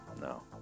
No